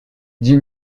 dix